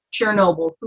Chernobyl